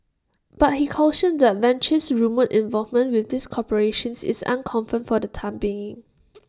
but he cautioned that Venture's rumoured involvement with these corporations is unconfirmed for the time being